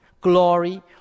glory